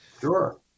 Sure